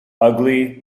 ugly